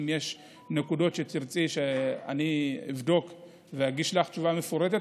אם יש נקודות שתרצי שאבדוק ואגיש לך תשובה מפורטת,